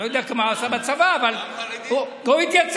אני לא יודע מה הוא עשה בצבא, אבל הוא התייצב.